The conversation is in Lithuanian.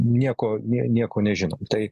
nieko nieko nežinom tai